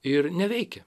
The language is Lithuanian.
ir neveikia